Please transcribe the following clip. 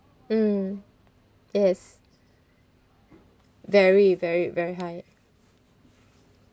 mm yes very very very high